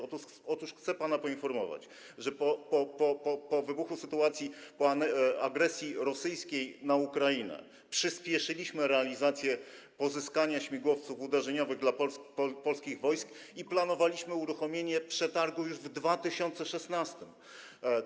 Otóż chcę pana poinformować, że po wybuchu sytuacji, po agresji rosyjskiej na Ukrainę przyspieszyliśmy realizację pozyskania śmigłowców uderzeniowych dla polskich wojsk i planowaliśmy uruchomienie przetargu już w 2016 r.